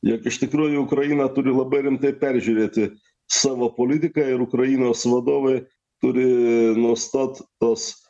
jog iš tikrųjų ukraina turi labai rimtai peržiūrėti savo politiką ir ukrainos vadovai turi nustot tos